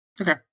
Okay